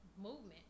movement